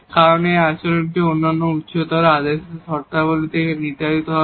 কারণ আচরণটি অন্যান্য উচ্চতর আদেশের শর্তাবলী থেকে নির্ধারিত হবে